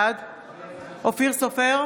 בעד אופיר סופר,